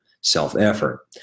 self-effort